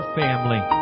family